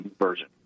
version